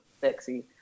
sexy